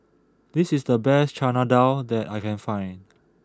this is the best Chana Dal that I can find